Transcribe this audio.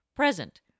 present